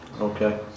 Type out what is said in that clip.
Okay